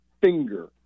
finger